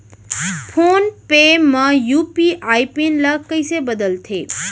Phone पे म UPI PIN ल कइसे बदलथे?